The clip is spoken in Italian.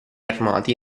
armati